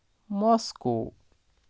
Moscow